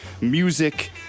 music